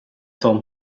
tom